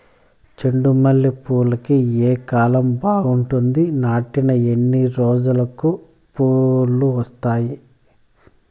చెండు మల్లె పూలుకి ఏ కాలం బావుంటుంది? నాటిన ఎన్ని రోజులకు పూలు వస్తాయి?